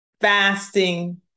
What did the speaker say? fasting